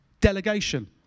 delegation